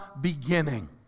beginning